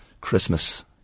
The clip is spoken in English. Christmas